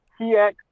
TX